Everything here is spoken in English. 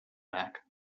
back